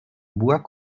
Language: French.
bois